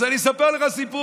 אז אני אספר לך סיפור.